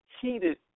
heated